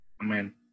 Amen